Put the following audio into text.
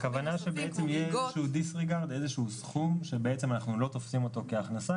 הכוונה היא שיהיה סכום שאנחנו לא תופסים אותו כהכנסה